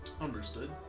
Understood